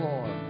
Lord